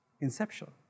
inception